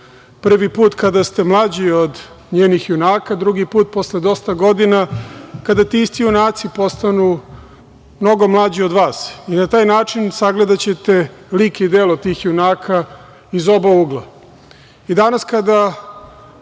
prvi put kada ste mlađi od njenih junaka, a drugi put posle dosta godina, kada ti isti junaci postanu mnogo mlađi od vas i na taj način sagledaćete lik i delo tih junaka iz oba